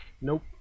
Nope